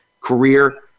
career